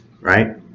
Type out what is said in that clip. right